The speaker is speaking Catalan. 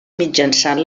mitjançant